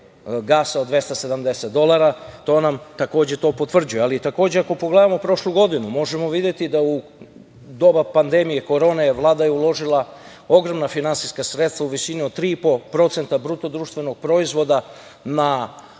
gasa od 270 dolara, to nam takođe to potvrđuje. Takođe, ako pogledamo prošlu godinu možemo videti da u doba pandemije korone Vlada je uložila ogromna finansijska sredstva u visini od 3,5% BDP na subvencije privredi, zdravstvu,